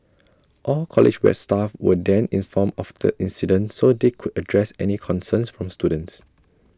all college west staff were then informed of the incident so they could address any concerns from students